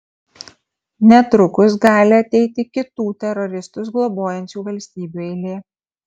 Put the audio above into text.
netrukus gali ateiti kitų teroristus globojančių valstybių eilė